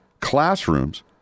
classrooms